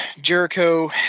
Jericho